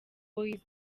boys